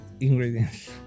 ingredients